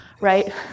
right